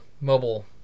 mobile